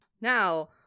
Now